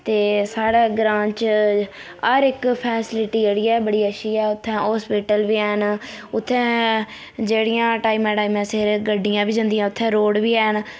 ते साढ़ै ग्रांऽ च हर इक फेसलिटी जेह्ड़ी ऐ बड़ी अच्छी ऐ उत्थै होस्पिटल बी हैन उत्थै जेह्ड़ियां टैमा टैमा सिर गड्डियां बी जन्दियां उत्थै रोड बी हैन